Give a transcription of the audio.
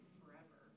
forever